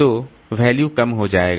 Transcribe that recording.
तो का वैल्यू कम हो जाएगा